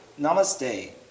Namaste